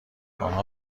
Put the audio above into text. انها